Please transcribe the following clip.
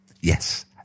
yes